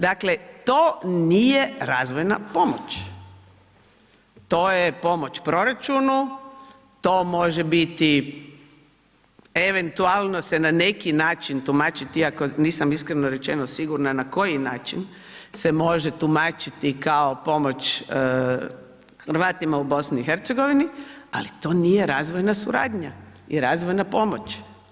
Dakle, to nije razvojna pomoć, to je pomoć proračunu, to može biti eventualno se na neki način tumačiti iako nisam iskreno rečeno sigurna na koji način se može tumačiti kao pomoć Hrvatima u BiH-u ali to nije razvojna suradnja ili razvojna pomoć.